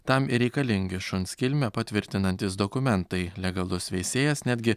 tam reikalingi šuns kilmę patvirtinantys dokumentai legalus veisėjas netgi